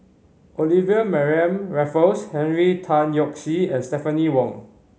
Olivia Mariamne Raffles Henry Tan Yoke See and Stephanie Wong